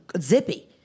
zippy